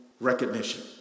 recognition